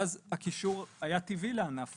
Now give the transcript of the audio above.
ואז הקישור היה טבעי לענף